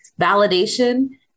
validation